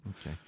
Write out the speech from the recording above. Okay